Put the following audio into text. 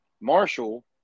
Marshall